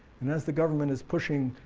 and as the government is pushing